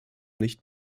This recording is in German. nicht